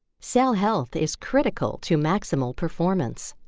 cell health is critical to maximal performance.